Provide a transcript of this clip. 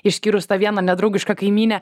išskyrus tą vieną nedraugišką kaimynę